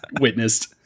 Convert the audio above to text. witnessed